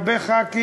הרבה חברי כנסת,